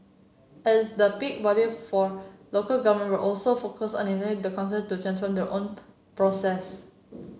as the peak body for local government we're also focused on enabling the councils to transform their own processes